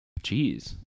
Jeez